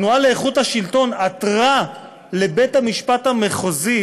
התנועה לאיכות השלטון עתרה לבית-המשפט המחוזי